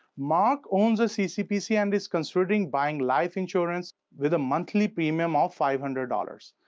mark owns a ccpc and is considering buying life insurance with a monthly premium of five hundred dollars.